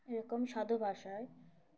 এরকম সাধু ভাষায়